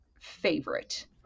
favorite